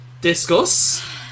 Discuss